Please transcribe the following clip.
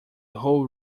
whole